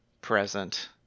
present